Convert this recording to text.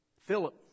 Philip